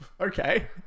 okay